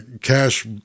cash